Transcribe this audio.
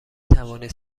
توانید